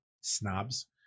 Snobs